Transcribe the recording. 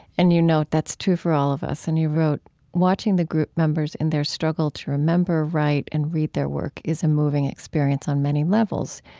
and you note that's true for all of us. and you wrote watching the group members in their struggle to remember right and read their work is a moving experience on many levels.